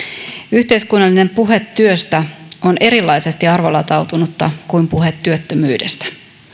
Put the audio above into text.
yhteiskunnallinen puhe työstä on erilaisesti arvolatautunutta kuin puhe työttömyydestä